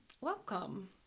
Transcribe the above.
welcome